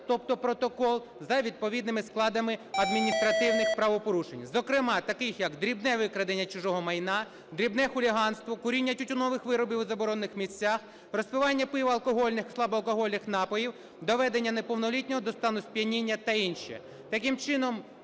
тобто протокол за відповідними складами адміністративних правопорушень, зокрема таких, як: дрібне викрадення чужого майна, дрібне хуліганство, куріння тютюнових виробів у заборонених місцях, розпивання пива, алкогольних і слабоалкогольних напоїв, доведення неповнолітнього до стану сп'яніння та інші. Таким чином,